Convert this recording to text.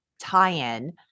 tie-in